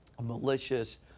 malicious